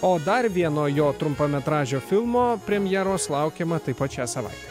o dar vieno jo trumpametražio filmo premjeros laukiama taip pat šią savai